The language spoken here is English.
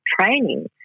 training